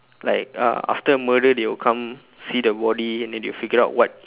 like uh after a murder they will come see the body and then they will figure out what